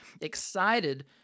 excited